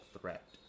threat